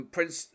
Prince